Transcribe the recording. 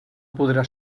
podrà